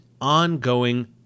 ongoing